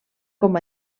com